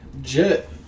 Jet